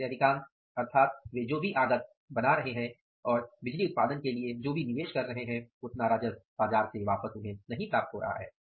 उनमें से अधिकांश अर्थात वे जो भी आगत बना रहे हैं और बिजली उत्पादन के लिए जो भी निवेश कर रहे हैं उतना राजस्व बाजार से वापस नहीं आ रहा है